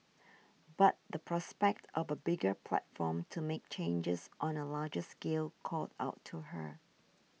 but the prospect of a bigger platform to make changes on a larger scale called out to her